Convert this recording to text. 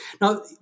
Now